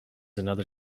another